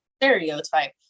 stereotype